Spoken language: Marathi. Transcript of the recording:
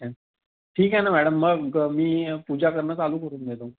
अच्छा ठीक आहे ना मॅडम मग मी पूजा करणं चालू करून घेतो